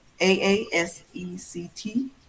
aasect